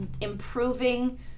improving